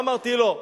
אמרתי: לא,